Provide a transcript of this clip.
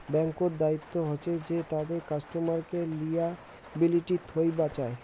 ব্যাঙ্ক্ত দায়িত্ব হসে যে তাদের কাস্টমারকে লিয়াবিলিটি থুই বাঁচায়